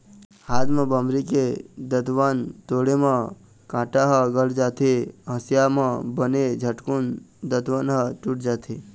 हाथ म बमरी के दतवन तोड़े म कांटा ह गड़ जाथे, हँसिया म बने झटकून दतवन ह टूट जाथे